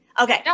Okay